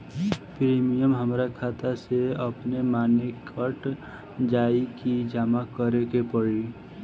Premium हमरा खाता से अपने माने कट जाई की जमा करे के पड़ी?